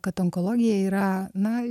kad onkologija yra na